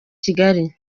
kigali